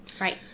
Right